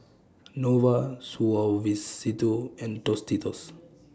Nova Suavecito and Tostitos